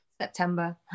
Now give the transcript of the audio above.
September